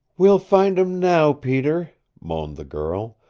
we'll find him now, peter, moaned the girl.